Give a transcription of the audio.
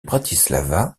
bratislava